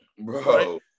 Bro